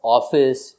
Office